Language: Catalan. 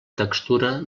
textura